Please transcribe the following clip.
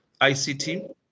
ICT